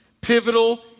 pivotal